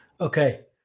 Okay